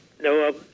No